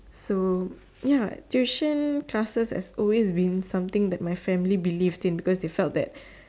so ya tuition classes has always been something that my family believed in because they felt that